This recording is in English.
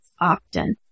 often